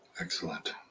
Excellent